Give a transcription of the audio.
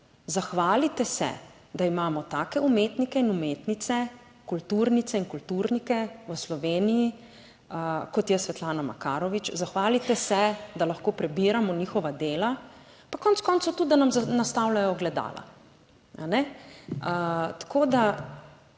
zahvalite se, da imamo take umetnike in umetnice, kulturnice in kulturnike v Sloveniji kot je Svetlana Makarovič. Zahvalite se, da lahko prebiramo njihova dela, pa konec koncev tudi, da nam nastavljajo ogledala,